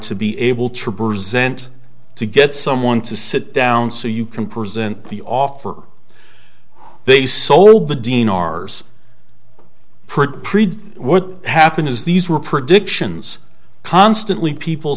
to be able to present to get someone to sit down so you can present the offer they sold the dean r s what happened is these were predictions constantly people